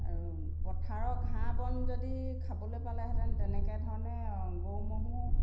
আৰু পথাৰৰ ঘাঁ বন যদি খাবলৈ পালেহেঁতেন তেনেকৈ ধৰণে গৰু ম'হো